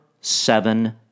seven